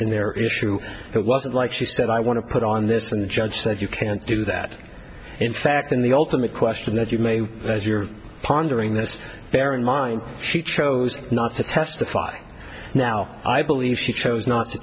in their issue it wasn't like she said i want to put on this and the judge said you can't do that in fact in the ultimate question that you may as your pondering this bear in mind she chose not to testify now i believe she chose not to